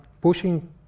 pushing